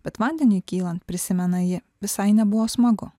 bet vandeniui kylant prisimena ji visai nebuvo smagu